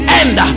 end